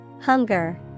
Hunger